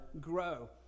grow